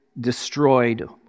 destroyed